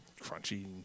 crunchy